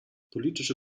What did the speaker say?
politische